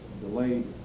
delayed